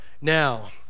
now